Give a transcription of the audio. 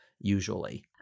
usually